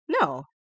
No